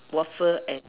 waffle and